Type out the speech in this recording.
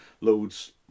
loads